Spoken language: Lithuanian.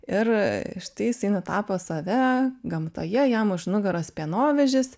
ir štai jisai nutapo save gamtoje jam už nugaros pienovežis